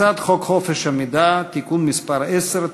הצעת חוק חופש המידע (תיקון מס' 10),